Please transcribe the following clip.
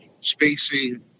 spacing